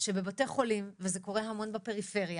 שבבתי חולים, וזה קורה המון בפריפריה,